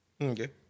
Okay